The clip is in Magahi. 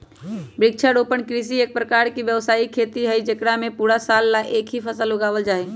वृक्षारोपण कृषि एक प्रकार के व्यावसायिक खेती हई जेकरा में पूरा साल ला एक ही फसल उगावल जाहई